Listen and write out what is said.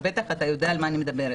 ובטח אתה יודע על מה אני מדברת.